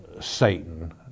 Satan